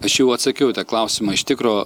aš jau atsakiau į tą klausimą iš tikro